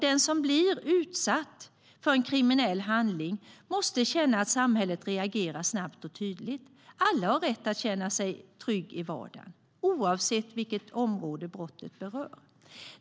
Den som blir utsatt för en kriminell handling måste känna att samhället reagerar snabbt och tydligt. Alla har rätt att känna sig trygga i vardagen, oavsett vilket område brottet rör.